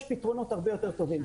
יש פתרונות הרבה יותר טובים.